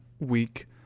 week